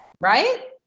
right